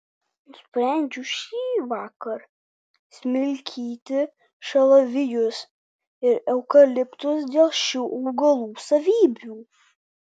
nusprendžiau šįvakar smilkyti šalavijus ir eukaliptus dėl šių augalų savybių